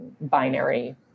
binary